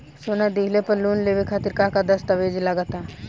सोना दिहले पर लोन लेवे खातिर का का दस्तावेज लागा ता?